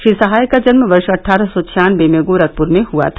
श्री सहाय का जन्म वर्ष अट्ठारह सौ छियानवे में गोरखपुर में हुआ था